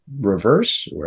reverse